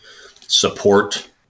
support